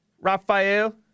Raphael